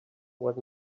what